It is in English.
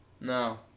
No